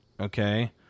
okay